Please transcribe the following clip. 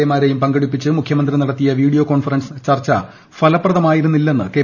A മാരേയും പങ്കെടുപ്പിച്ച് മുഖ്യമന്ത്രി നടത്തിയ വീഡിയോ കോൺഫറൻസ് ചർച്ച ഫലപ്രദമായിരുന്നില്ലെന്ന് കെ